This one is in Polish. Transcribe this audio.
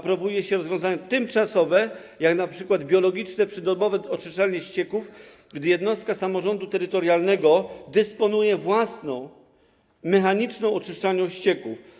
Promuje się rozwiązania tymczasowe, np. biologiczne przydomowe oczyszczalnie ścieków, gdy jednostka samorządu terytorialnego dysponuje własną mechaniczną oczyszczalnią ścieków.